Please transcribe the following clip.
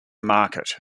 market